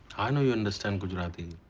i know you understand gujarati.